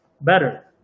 better